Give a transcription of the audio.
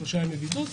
שלושה ימי בידוד,